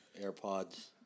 AirPod's